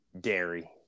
dairy